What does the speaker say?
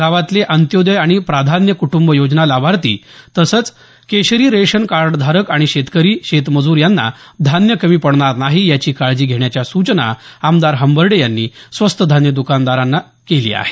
गावातले अंत्योदय आणि प्राधान्य कुटुंब योजना लाभार्थी तसंच केशरी रेशन कार्डधारक आणि शेतकरी शेतमजूर यांना धान्य कमी पडणार नाही याची काळजी घेण्याच्या सुचना आमदार हंबर्डे यांनी स्वस्त धान्य द्कानदारास केली आहे